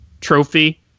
trophy